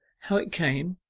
how it came,